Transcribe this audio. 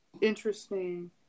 interesting